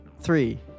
Three